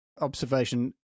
observation